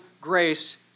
grace